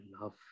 love